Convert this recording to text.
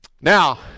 Now